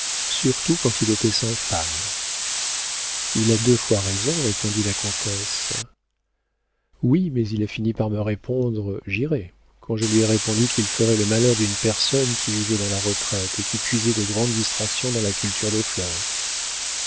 surtout quand il était sans femme il a deux fois raison répondit la comtesse oui mais il a fini par me répondre j'irai quand je lui ai répondu qu'il ferait le malheur d'une personne qui vivait dans la retraite et qui puisait de grandes distractions dans la culture des fleurs